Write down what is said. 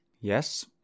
yes